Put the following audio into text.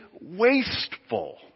wasteful